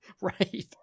right